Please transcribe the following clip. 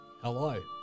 Hello